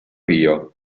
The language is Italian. rio